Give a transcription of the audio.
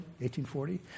1840